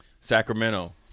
Sacramento